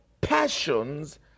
passions